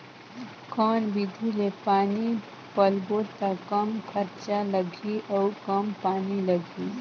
कौन विधि ले पानी पलोबो त कम खरचा लगही अउ कम पानी लगही?